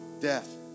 death